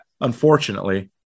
unfortunately